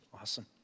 Awesome